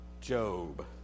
Job